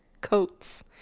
coats